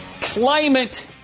climate